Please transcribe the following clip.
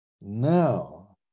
Now